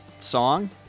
song